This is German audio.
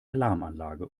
alarmanlage